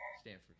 Stanford